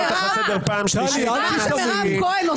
הרכב המוזמנים לישיבות ובאופן ניהולן,